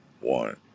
one